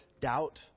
doubt